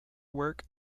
work